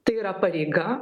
tai yra pareiga